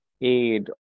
aid